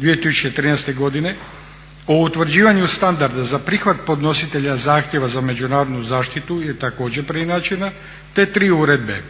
2013. godine o utvrđivanju standarda za prihvat podnositelja zahtjeva za međunarodnu zaštitu je također preinačena te tri uredbe.